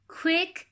quick